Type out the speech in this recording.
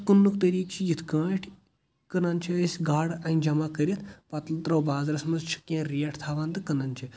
تہٕ پتہ کٕننُک طٔریٖق چھُ یِتھ کٲٹھۍ کٕنان چھِ أسۍ گاڑٕ انہِ جَمع کٔرِتھ پتہ ترٛوو بازرَس منٛز چھ کیٚنٛہہ ریٹ تھاوان تہٕ کٕنان چھِ